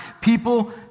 People